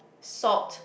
salt